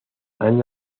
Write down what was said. han